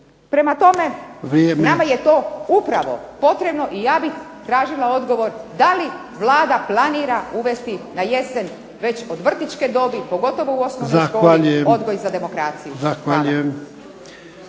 (SDP)** Nama je to upravo potrebno i ja bih tražila odgovor da li Vlada planira uvesti na jesen već od vrtićke dobi, pogotovo u osnovnoj školi, odgoj za demokraciju.